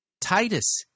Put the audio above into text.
Titus